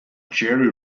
jerry